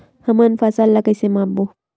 हमन फसल ला कइसे माप बो?